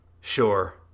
Sure